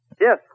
Yes